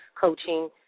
coaching